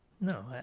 No